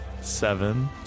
seven